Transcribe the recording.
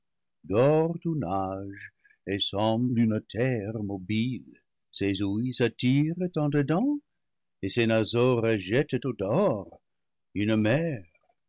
dort ou nage et semble une terre mobile ses ouïes attirent en dedans et ses naseaux rejettent au dehors une mer